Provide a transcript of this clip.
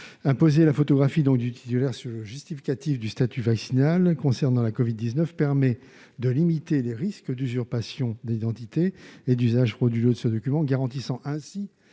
Imposer la photographie du titulaire sur le justificatif de statut vaccinal concernant la covid-19 permet de limiter les risques d'usurpation d'identité et d'usage frauduleux de ce document, garantissant ainsi